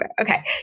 Okay